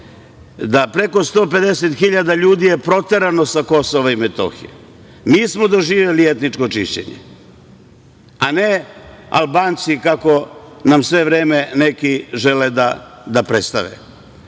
150.000 ljudi je proterano sa Kosova i Metohije. Mi smo doživeli etničko čišćenje, a ne Albanci, kako nam sve vreme neki žele da predstave.